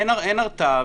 אין הרתעה,